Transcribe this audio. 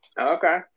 Okay